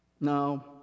No